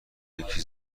یکی